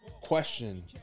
question